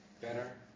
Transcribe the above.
better